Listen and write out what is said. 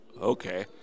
okay